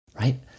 right